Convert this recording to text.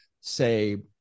say